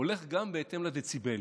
הולך גם בהתאם לדציבלים: